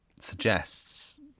suggests